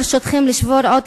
ברשותכם, אני רוצה לשבור עוד